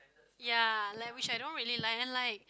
ya like which I don't really like and like